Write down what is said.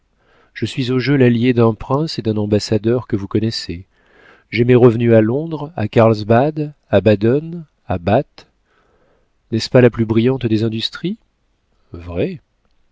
je suis au jeu l'allié d'un prince et d'un ambassadeur que vous connaissez j'ai mes revenus à londres à carlsbad à baden à bath n'est-ce pas la plus brillante des industries vrai